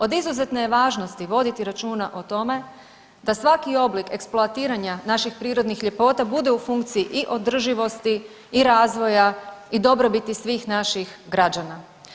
Od izuzetne je važnosti voditi računa o tome da svaki oblik eksploatiranja naših prirodnih ljepota, bude u funkciji i održivosti i razvoja i dobrobiti svih naših građana.